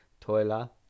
Toilet